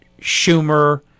Schumer